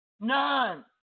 None